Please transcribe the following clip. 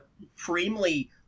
supremely